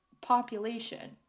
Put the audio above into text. population